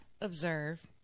observe